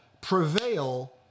prevail